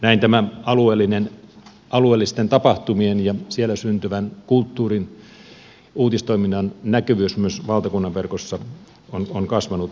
näin tämä alueellisten tapahtuminen ja siellä syntyvän kulttuurin uutistoiminnan näkyvyys myös valtakunnan verkossa on kasvanut viime aikoina